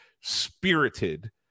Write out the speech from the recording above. spirited